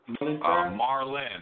Marlin